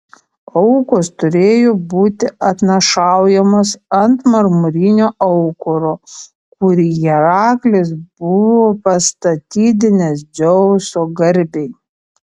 aukos turėjo būti atnašaujamos ant marmurinio aukuro kurį heraklis buvo pastatydinęs dzeuso garbei